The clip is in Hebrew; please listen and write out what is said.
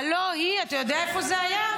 הלוא היא, אתה יודע איפה זה היה?